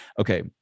Okay